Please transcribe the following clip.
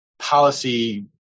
policy